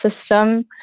system